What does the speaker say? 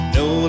no